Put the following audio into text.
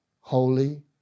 holy